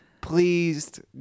pleased